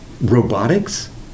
robotics